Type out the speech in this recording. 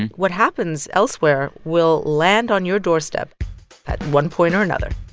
what happens elsewhere will land on your doorstep at one point or another